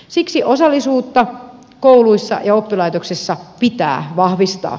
siksi osallisuutta kouluissa ja oppilaitoksissa pitää vahvistaa